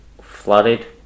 flooded